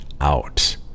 out